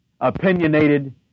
opinionated